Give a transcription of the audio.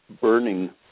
burning